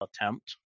attempt